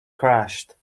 crashed